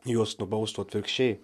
juos nubaustų atvirkščiai